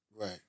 Right